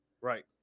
Right